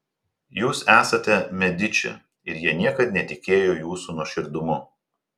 jūs esate mediči ir jie niekad netikėjo jūsų nuoširdumu